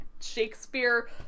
Shakespeare